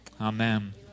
amen